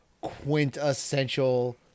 quintessential